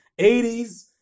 80s